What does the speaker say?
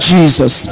Jesus